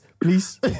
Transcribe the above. please